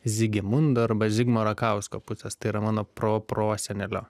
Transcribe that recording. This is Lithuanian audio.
zigimundo arba zigmo rakausko pusės tai yra mano proprosenelio